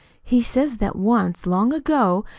he says that once, long ago,